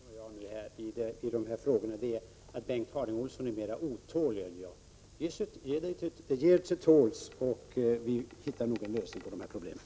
Fru talman! Den enda skillnaden i de här frågorna är att Bengt Harding Olson är mer otålig än jag. Om ni ger er till tåls hittar vi nog en lösning på problemen.